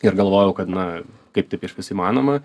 ir galvojau kad na kaip taip išvis įmanoma